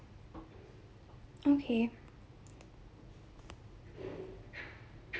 okay